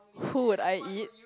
who would I eat